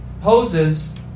poses